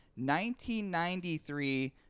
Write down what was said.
1993